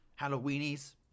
Halloweenies